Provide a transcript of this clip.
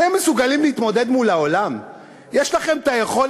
אתם מסוגלים להתמודד מול העולם?